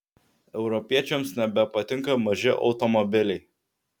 europiečiams nebepatinka maži automobiliai